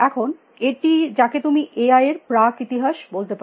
এখন এটি যাকে তুমি এ আই এর প্রাক ইতিহাস বলতে পার